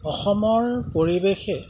অসমৰ পৰিৱেশে